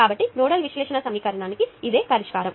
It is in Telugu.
కాబట్టి నోడల్ విశ్లేషణ సమీకరణాలకు ఇది పరిష్కారం